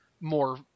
more